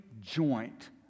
joint